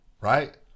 right